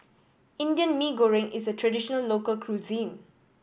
Indian Mee Goreng is a traditional local cuisine